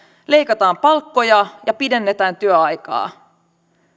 leikataan palkkoja ja pidennetään työaikaa